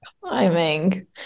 Climbing